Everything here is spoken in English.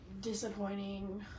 disappointing